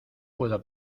puedo